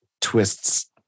twists